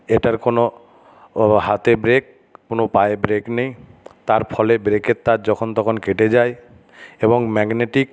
এটার কোনো হাতে ব্রেক কোনো পায়ে ব্রেক নেই তার ফলে ব্রেকের তার যখন তখন কেটে যায় এবং ম্যাগনেটিক